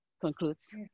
concludes